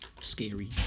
scary